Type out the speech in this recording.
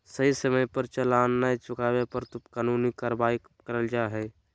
सही समय पर चालान नय चुकावे पर कानूनी कार्यवाही करल जा हय